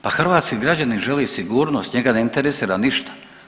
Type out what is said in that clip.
Pa hrvatski građani žele sigurnost, njega ne interesira ništa.